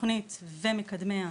התוכנית ומקדמיה